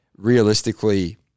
Realistically